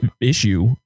issue